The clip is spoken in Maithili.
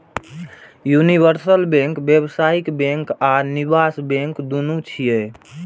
यूनिवर्सल बैंक व्यावसायिक बैंक आ निवेश बैंक, दुनू छियै